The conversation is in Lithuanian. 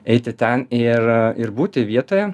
eiti ten ir ir būti vietoje